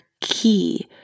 key